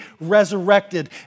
resurrected